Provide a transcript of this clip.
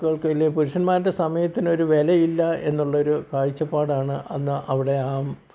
വാക്കുകൾക്ക് ഇല്ലെ പുരുഷന്മാരുടെ സമയത്തിനൊരു വിലയില്ല എന്നുള്ളൊരു കാഴ്ചപ്പാടാണ് അന്ന് അവിടെ ആ